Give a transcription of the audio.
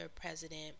president